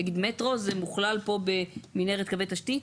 נגיד מטרו זה מוכלל פה במנהרת קווי תשתית?